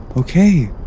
ok.